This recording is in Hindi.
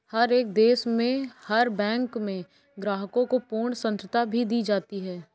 हर एक देश में हर बैंक में ग्राहकों को पूर्ण स्वतन्त्रता भी दी जाती है